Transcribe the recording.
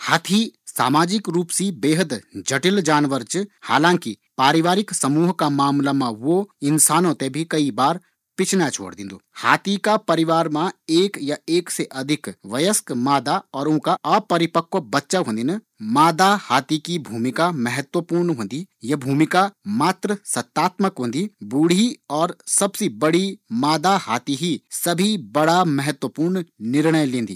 हाथी सामाजिक रुप से जटिल जानवर च हालांकि पारिवारिक समूहों का मामला मा वू कई बार इंसानों ते भी पिछने छोडी दिंदु, हाथी का परिवार मा एक या एक से अधिक व्यस्क मादा और उंका बच्चा होदिन मादा हाथी की भूमिका महत्वपूर्ण होंदी